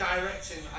Directing